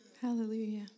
Hallelujah